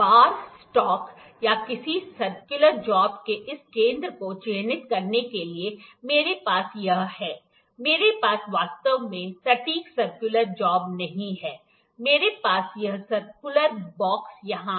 बार stock या किसी circular job के इस केंद्र को चिह्नित करने के लिए मेरे पास यह है मेरे पास वास्तव में सटीक सर्कुलर जॉब नहीं है मेरे पास यह सर्कुलर बॉक्स यहाँ है